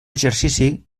exercici